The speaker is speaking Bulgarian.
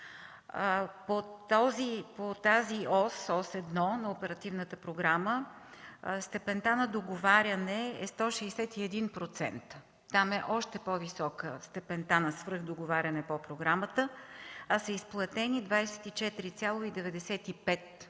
По ос 1 на оперативната програма степента на договаряне е 161%. Там е още по-висока степента на свръхдоговаряне по програмата, а са изплатени 24,95%,